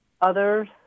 others